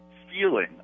feeling